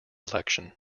election